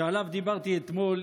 שעליו דיברתי אתמול,